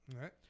Right